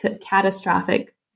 catastrophic